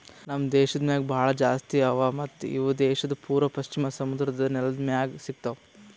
ನಮ್ ದೇಶದಾಗ್ ಭಾಳ ಜಾಸ್ತಿ ಅವಾ ಮತ್ತ ಇವು ದೇಶದ್ ಪೂರ್ವ ಮತ್ತ ಪಶ್ಚಿಮ ಸಮುದ್ರದ್ ನೆಲದ್ ಮ್ಯಾಗ್ ಸಿಗತಾವ್